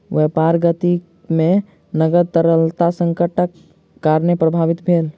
व्यापारक गति में नकद तरलता संकटक कारणेँ प्रभावित भेल